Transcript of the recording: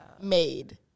made